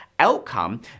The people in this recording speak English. outcome